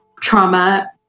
trauma